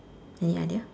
any idea